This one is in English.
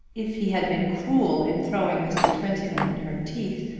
if he had been cruel in throwing mr. twentyman in her teeth,